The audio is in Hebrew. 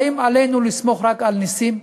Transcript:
האם עלינו לסמוך רק על נסים?